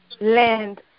land